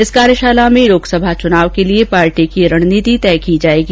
इस कार्यशाला में लोकसभा चुनाव के लिये पार्टी की रणनीति तैयार की जायेगी